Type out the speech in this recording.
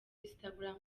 instagram